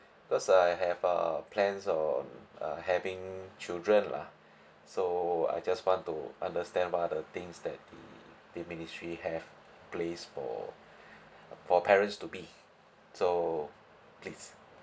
cause I have err plans on uh having children lah so I just want to understand what are the things that the the ministry have placed for for parents to be so please